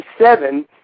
seven